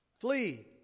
Flee